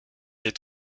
est